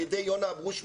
על ידי יונה אברושמי,